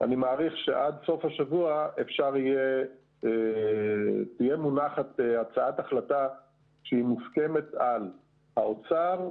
אני מעריך שעד סוף השבוע תהיה מונחת הצעת החלטה שמוסכמת על האוצר,